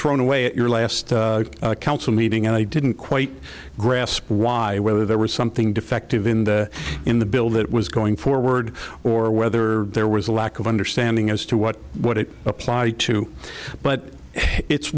thrown away at your last council meeting and i didn't quite grasp why whether there was something defective in the in the bill that was going forward or whether there was a lack of understanding as to what what it applied to but it's